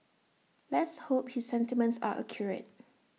let's hope his sentiments are accurate